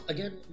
Again